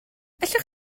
allwch